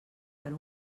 per